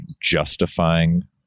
justifying